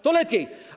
To lepiej.